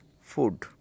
food